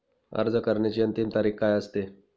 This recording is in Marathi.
अर्ज करण्याची अंतिम तारीख काय असते?